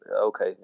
Okay